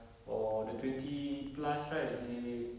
or the twenty plus right they